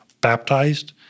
baptized